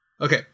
Okay